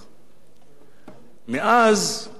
מאז אולי השתנה דבר אחד,